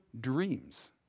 dreams